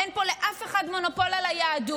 אין פה לאף אחד מונופול על היהדות.